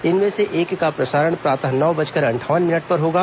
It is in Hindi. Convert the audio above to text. इसमें से एक का प्रसारण प्रातः नौ बजकर अंठावन मिनट पर होगा